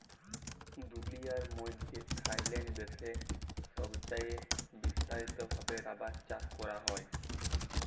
দুলিয়ার মইধ্যে থাইল্যান্ড দ্যাশে ছবচাঁয়ে বিস্তারিত ভাবে রাবার চাষ ক্যরা হ্যয়